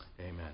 amen